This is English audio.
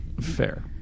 fair